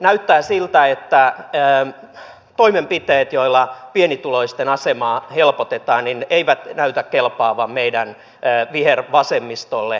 näyttää siltä että toimenpiteet joilla pienituloisten asemaa helpotetaan eivät kelpaa meidän vihervasemmistolle